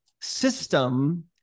system